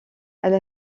elle